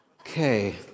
Okay